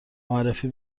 معرفی